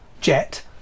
jet